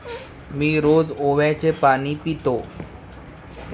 मी रोज ओव्याचे पाणी पितो